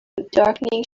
darkening